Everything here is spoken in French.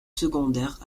secondaire